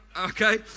okay